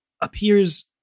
appears